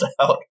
out